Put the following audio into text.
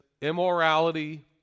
Immorality